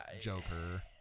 Joker